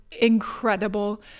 incredible